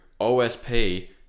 OSP